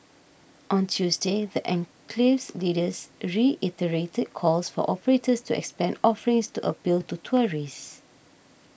on Tuesday the enclave's leaders reiterated calls for operators to expand offerings to appeal to tourists